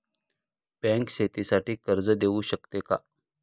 Bank शेतीसाठी कर्ज देऊ शकते का?